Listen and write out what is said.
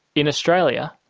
in australia,